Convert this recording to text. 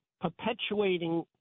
perpetuating